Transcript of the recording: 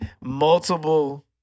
multiple